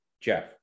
Jeff